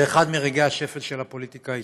זה אחד מרגעי השפל של הפוליטיקה הישראלית.